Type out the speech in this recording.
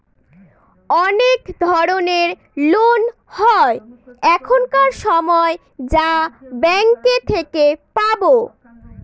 অনেক ধরনের লোন হয় এখানকার সময় যা ব্যাঙ্কে থেকে পাবো